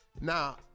Now